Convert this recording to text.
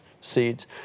seeds